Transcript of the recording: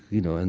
you know, and